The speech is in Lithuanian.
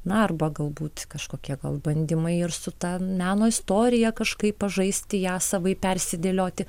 na arba galbūt kažkokie bandymai ir su ta meno istorija kažkaip pažaisti ją savaip persidėlioti